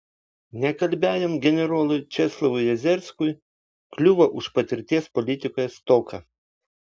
nekalbiajam generolui česlovui jezerskui kliuvo už patirties politikoje stoką